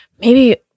maybe-